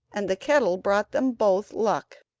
and the kettle brought them both luck,